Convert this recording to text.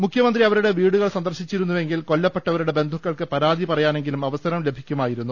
മുഖ്യമന്ത്രി അവരുടെ വീടുകൾ സന്ദർശിച്ചിരുന്നുവെങ്കിൽ കൊല്ലപ്പെട്ടവരുടെ ബന്ധുക്കൾക്ക് പരാതി പറയാനെങ്കിലും അവസരം ലഭിക്കുമായിരുന്നു